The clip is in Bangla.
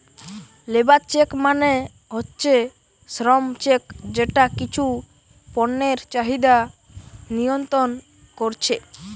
লেবার চেক মানে হচ্ছে শ্রম চেক যেটা কিছু পণ্যের চাহিদা নিয়ন্ত্রণ কোরছে